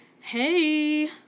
Hey